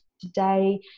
today